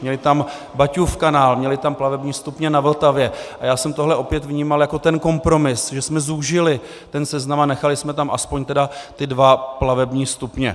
Měli tam Baťův kanál, měli tam plavební stupně na Vltavě, a já jsem tohle opět vnímal jako ten kompromis, že jsme zúžili ten seznam a nechali jsme tam aspoň ty dva plavební stupně.